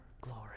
glory